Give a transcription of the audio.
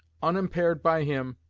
unimpaired by him,